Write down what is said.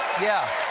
yeah,